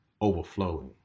overflowing